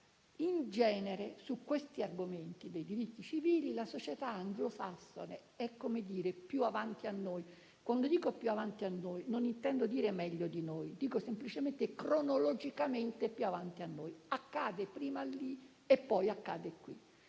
in genere su questi argomenti dei diritti civili la società anglosassone è più avanti a noi. Quando dico più avanti a noi non intendo dire meglio di noi, ma semplicemente cronologicamente più avanti a noi: accade prima lì e poi qui.